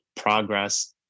progress